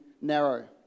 narrow